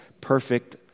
perfect